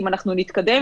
אם אנחנו נתקדם,